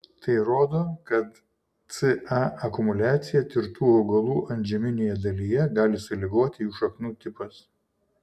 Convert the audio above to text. tai rodo kad ca akumuliaciją tirtų augalų antžeminėje dalyje gali sąlygoti jų šaknų tipas